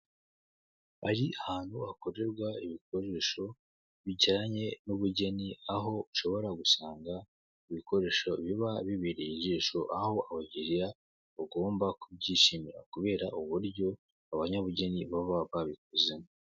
Ari ahantu hakorerwa ibikoresho bijyanye nubugeni aho ushobora gusanga ibikoresho biba bibereye ijisho aho abakiriya bagomba kubyishimira kubera uburyo abanyabugeni baba babikozemo.